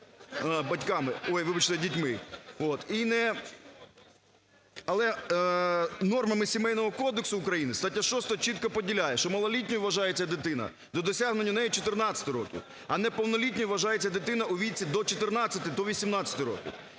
Але нормами Сімейного кодексу України стаття 6 чітко поділяє, що малолітньою вважається дитина до досягнення неї 14 роки, а неповнолітньою вважається дитина у віці до 14, до 18 років.